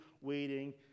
waiting